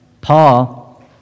Paul